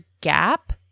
gap